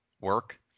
work